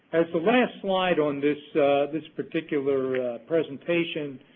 as the last slide on this this particular presentation,